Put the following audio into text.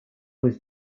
was